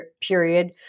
period